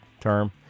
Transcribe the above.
term